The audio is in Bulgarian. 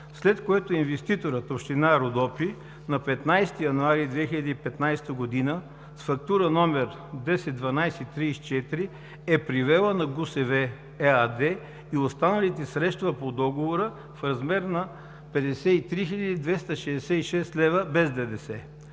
след което инвеститорът – община Родопи, на 15 януари 2015 г., с фактура № 101234 е превела на ГУСВ – ЕАД, и останалите средства по договора в размер на 53 266 лв. без ДДС.